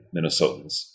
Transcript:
Minnesotans